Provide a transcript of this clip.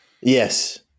yes